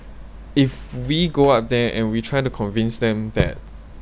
if we go out there and we try to convince them that